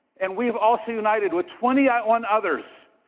and we've also united with twenty ah one others.